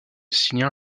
signer